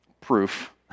proof